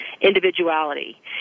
individuality